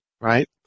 right